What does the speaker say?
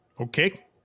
Okay